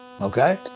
okay